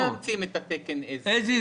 אנחנו לא מאמצים את התקן כפי שהוא.